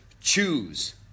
Choose